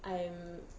I am